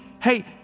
Hey